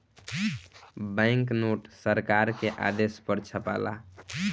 bank note के सरकार के आदेश पर छापाला